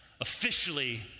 officially